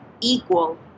equal